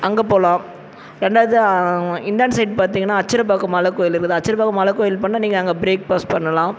அங்கே போகலாம் ரெண்டாவது இந்தாண்ட சைட் பார்த்திங்கன்னா அச்சரப்பாக்கம் மலைக்கோயில் இருக்குது அச்சரப்பாக்கம் மலைக்கோயில் போனால் நீங்கள் அங்கே ப்ரேக்ஃபாஸ்ட் பண்ணலாம்